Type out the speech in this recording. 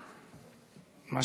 מה?